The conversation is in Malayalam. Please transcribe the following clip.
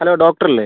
ഹലോ ഡോക്ടർ അല്ലേ